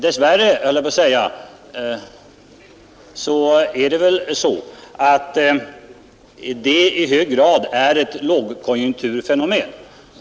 Dess värre, frestas jag säga, är väl detta i hög grad ett lågkonjunkturfenomen.